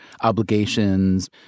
obligations